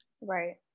Right